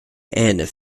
and